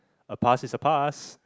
a pass is a pass